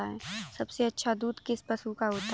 सबसे अच्छा दूध किस पशु का होता है?